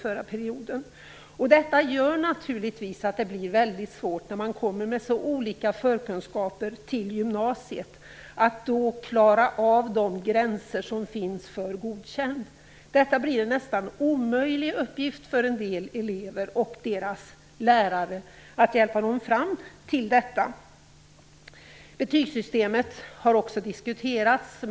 Att eleverna kommer med så olika förkunskaper till gymnasiet gör naturligtvis att det blir väldigt svårt att klara av de gränser som finns för betyget Godkänd. Det blir en nästan omöjlig uppgift för en del elever och för deras lärare att hjälpa dem fram till detta. Betygssystemet har också diskuterats.